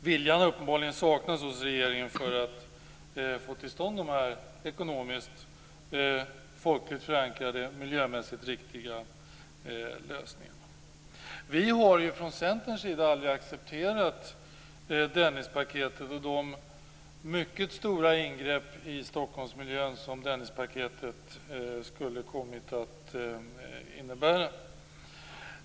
Viljan att få till stånd de här ekonomiskt hållbara, folkligt förankrade och miljömässigt riktiga lösningarna har uppenbarligen saknats hos regeringen. Vi har från Centerns sida aldrig accepterat Dennispaketet och de mycket stora ingrepp i Stockholmsmiljön som detta skulle ha inneburit.